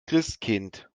christkind